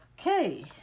Okay